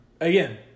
Again